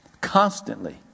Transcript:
Constantly